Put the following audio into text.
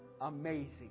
amazing